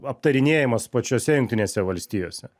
aptarinėjamas pačiose jungtinėse valstijose